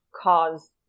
cause